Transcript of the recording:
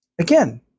again